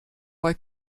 bei